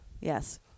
Yes